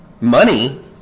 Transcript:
money